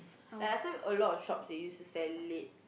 lah like last time a lot of shops used to sell it